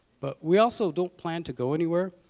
but we also don't plan to go anywhere.